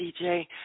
DJ